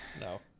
No